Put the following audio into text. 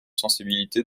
sensibilité